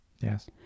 Yes